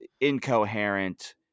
incoherent